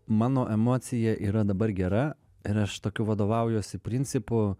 mano emocija yra dabar gera ir aš tokiu vadovaujuosi principu